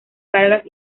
cargas